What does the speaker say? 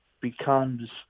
becomes